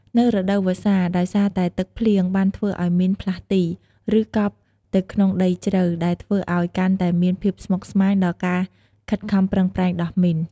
នៅរដូវវស្សា ដោយសារតែទឹកភ្លៀង បានធ្វើឱ្យមីនផ្លាស់ទី ឬ កប់ទៅក្នុងដីជ្រៅ ដែលធ្វើឱ្យកាន់តែមានភាពស្មុគស្មាញដល់ការខិតខំប្រឹងប្រែងដោះមីន។